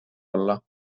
olla